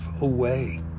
away